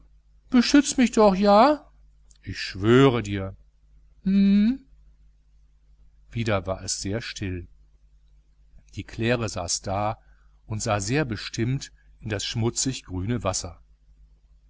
beschützs mich doch ja ich schwöre dir hm wieder war es sehr still die claire saß da und sah sehr bestimmt in das schmutzig grüne wasser